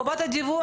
לגבי חובת הדיווח,